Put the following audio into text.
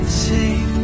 sing